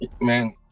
man